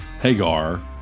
Hagar